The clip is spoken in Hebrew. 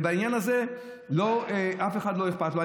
בעניין הזה, אף אחד לא אכפת לו.